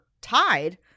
tied